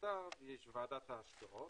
מתחתיו יש את ועדת ההשקעות.